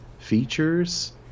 features